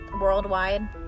worldwide